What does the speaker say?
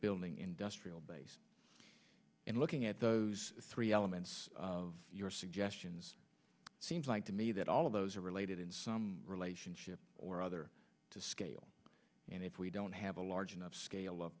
building industrial base and looking at those three elements of your suggestions seems like to me that all of those are related in some relationship or other to scale and if we don't have a large enough scale